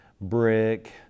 brick